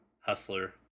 hustler